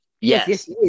yes